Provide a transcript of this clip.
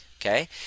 Okay